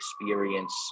experience